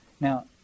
Now